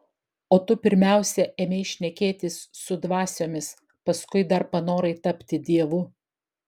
o tu pirmiausia ėmei šnekėtis su dvasiomis paskui dar panorai tapti dievu